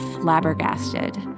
flabbergasted